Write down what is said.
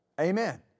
Amen